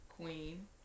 Queen